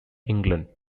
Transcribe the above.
england